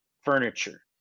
furniture